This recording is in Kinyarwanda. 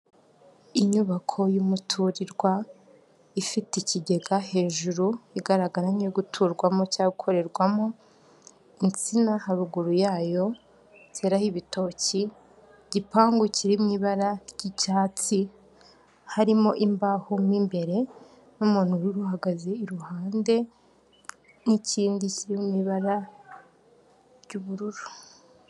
Inyubako y'umuturirwa ifite ikigega hejuru igaragara nk'iyo guturwamo cyangwa gukorerwamo, insina haruguru yayo zeraho ibitoki, igipangu kiri mu ibara ry'icyatsi harimo imbaho mu imbere n'umuntu uhagaze iruhande n'ikindi kiri mu ibara ry'ubururu.